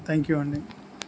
thank you అండి